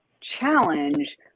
challenge